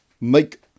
make